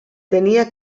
tenia